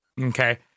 Okay